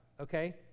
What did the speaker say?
okay